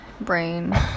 brain